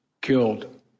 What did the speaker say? killed